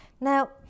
Now